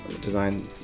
design